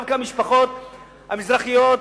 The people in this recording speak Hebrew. דווקא המשפחות המזרחיות,